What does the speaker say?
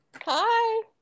hi